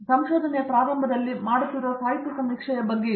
ಆದ್ದರಿಂದ ಸಂಶೋಧನೆಯ ಪ್ರಾರಂಭದಲ್ಲಿ ನಾವು ಮಾಡುತ್ತಿರುವ ಸಾಹಿತ್ಯ ಸಮೀಕ್ಷೆಯ ಬಗ್ಗೆ ಇದು